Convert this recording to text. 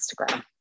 Instagram